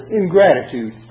ingratitude